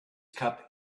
cup